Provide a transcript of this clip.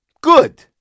Good